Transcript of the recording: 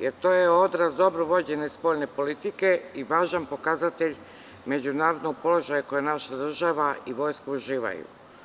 jer to je odraz dobro vođene spoljne politike i važan pokazatelj međunarodnog položaja koji naša država i vojska uživaju.